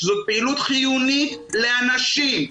שזאת פעילות חיונית לאנשים,